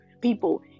people